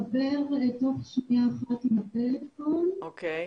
אותך מעומעם ורחוק.